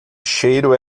cheiro